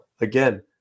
again